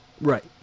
right